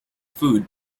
food